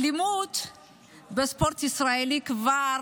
אלימות בספורט ישראלי כבר